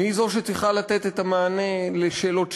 מי זו שצריכה לתת את המענה בשאלות,